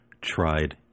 tried